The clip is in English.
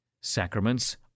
Sacraments